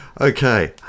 Okay